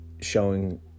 showing